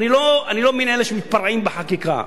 אני לא מאלה שמתפרעים בחקיקה.